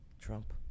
Trump